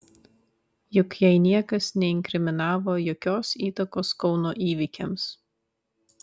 juk jai niekas neinkriminavo jokios įtakos kauno įvykiams